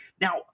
Now